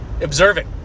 Observing